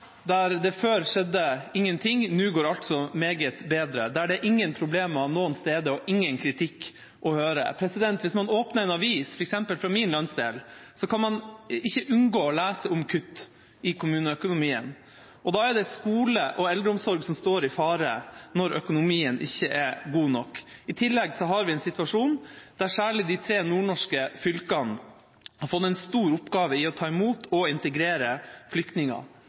der det før skjedde ingenting og nå går alt så meget bedre, der det er ingen problemer noen steder og ingen kritikk å høre. Hvis man åpner en avis, f.eks. fra min landsdel, kan man ikke unngå å lese om kutt i kommuneøkonomien, og da er det skole og eldreomsorg som står i fare når økonomien ikke er god nok. I tillegg har vi en situasjon der særlig de tre nordnorske fylkene har fått en stor oppgave i å ta imot og integrere flyktninger.